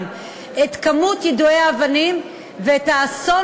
את כמות יידויי האבנים ואת האסון